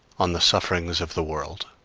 on the sufferings of the world